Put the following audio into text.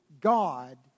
God